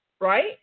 right